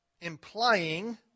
implying